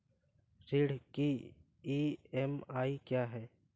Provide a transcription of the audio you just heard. ऋण की ई.एम.आई क्या है?